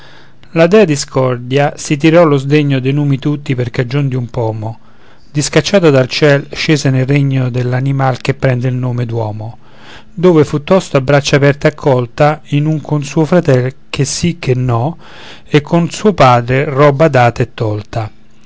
la dea discordia si tirò lo sdegno dei numi tutti per cagion di un pomo discacciata dal ciel scese nel regno dell'animal che prende il nome d'uomo dove fu tosto a braccia aperte accolta in un con suo fratel che-sì-che-no e con suo padre roba-data-e-tolta scelse il